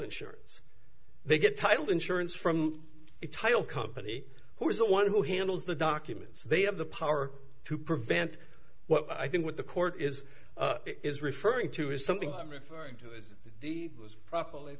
insurance they get title insurance from the title company who is the one who handles the documents they have the power to prevent what i think what the court is is referring to is something i'm referring to as the deed was properly